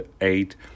eight